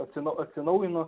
atsina atsinaujina